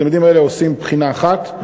התלמידים האלה עושים בחינה אחת.